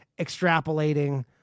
extrapolating